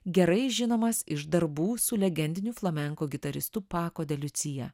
gerai žinomas iš darbų su legendiniu flamenko gitaristu pako de liucija